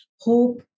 Hope